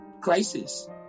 crisis